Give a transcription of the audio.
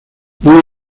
muy